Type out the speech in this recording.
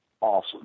awesome